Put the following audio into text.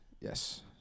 Yes